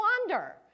wander